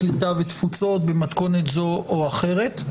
הקליטה והתפוצות במתכונת זו או אחרת.